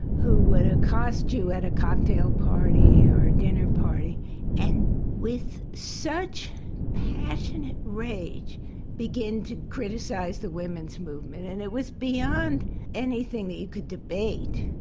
who would accost you at a cocktail party or a dinner party and with such passionate rage begin to criticise the women's movement. and it was beyond anything that you could debate.